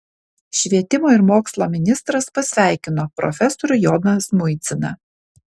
švietimo ir mokslo ministras pasveikino profesorių joną žmuidziną